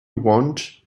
want